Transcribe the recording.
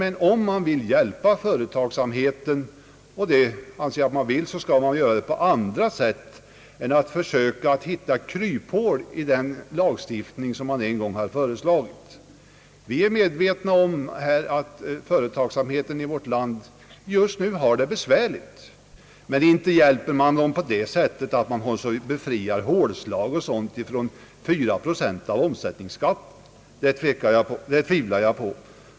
Men om man vill hjälpa företagsamheten — och det anser jag att man vill — skall man väl göra det på andra sätt än genom att försöka hitta kryphål i den lagstiftning, som man en gång har föreslagit. Vi är medvetna om att företagsamheten i vårt land just nu har det besvärligt, men inte hjälper man företagsamheten genom att befria hålslag och dylika ting från 4 procent av omsättningsskatten. Det tvivlar jag på.